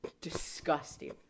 Disgusting